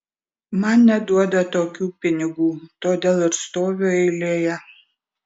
man neduoda tokių pinigų todėl ir stoviu eilėje